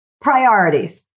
priorities